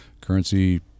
Currency